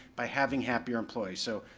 by having happier employees, so,